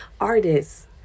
artists